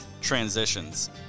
transitions